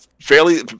fairly